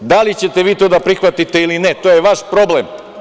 Da li ćete vi to da prihvatite ili ne, to je vaš problem.